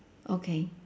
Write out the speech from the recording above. okay